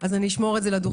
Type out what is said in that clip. אז אשמור את זה לדוכן.